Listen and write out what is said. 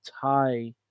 tie